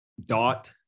Dot